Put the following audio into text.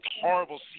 horrible